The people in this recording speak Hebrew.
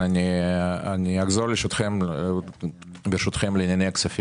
אחזור ברשותכם לענייני הכספים.